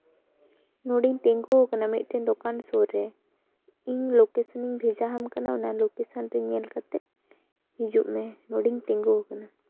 ᱱᱚᱸᱰᱮᱧ ᱛᱤᱸᱜᱩ ᱟᱠᱟᱱᱟ ᱢᱤᱫᱴᱮᱱ ᱫᱚᱠᱟᱱ ᱥᱩᱨ ᱨᱮ ᱤᱧ ᱞᱳᱠᱮᱥᱚᱱᱤᱧ ᱵᱷᱮᱡᱟ ᱟᱢ ᱠᱟᱱᱟ ᱚᱱᱟ ᱞᱳᱠᱮᱥᱮᱱ ᱨᱮ ᱧᱮᱞ ᱠᱟᱛᱮᱜ ᱦᱤᱡᱩᱜ ᱢᱮ ᱱᱚᱸᱰᱮᱧ ᱛᱤᱸᱜᱩ ᱟᱠᱟᱱᱟ